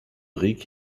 ric